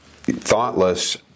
thoughtless